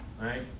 Right